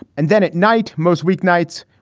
and then at night most weeknights,